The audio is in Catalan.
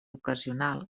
ocasional